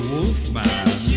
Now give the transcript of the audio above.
Wolfman